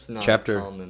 chapter